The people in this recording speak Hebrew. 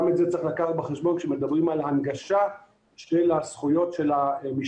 גם את זה צריך לקחת בחשבון כשמדברים על הנגשה של הזכויות של המשתתפים,